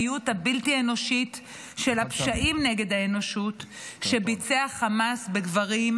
הבלתי-אנושית של פשעים נגד האנושות שביצע חמאס בגברים,